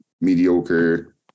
mediocre